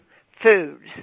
foods